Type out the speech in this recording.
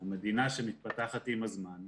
אנחנו מדינה שמתפתחת עם הזמן.